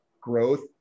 growth